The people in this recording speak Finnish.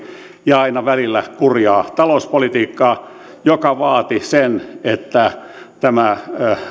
ja aina välillä kurjaa talouspolitiikkaa mikä vaati sen että